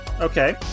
Okay